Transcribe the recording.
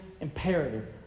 imperative